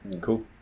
Cool